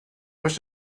wish